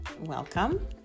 Welcome